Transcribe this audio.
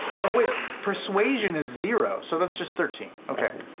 oh, wait, persuasion is zero, so that's just thirteen, okay.